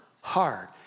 hard